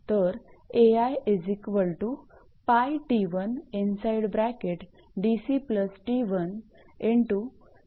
तर असे होईल